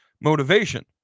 motivation